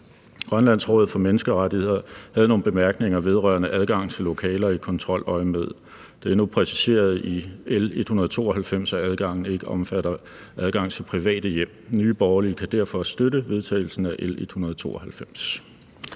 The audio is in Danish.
Grønlands Råd for Menneskerettigheder havde nogle bemærkninger vedrørende adgang til lokaler i kontroløjemed. Det er nu præciseret i L 192, at adgangen ikke omfatter adgang til private hjem. Nye Borgerlige kan derfor støtte vedtagelsen af L 192.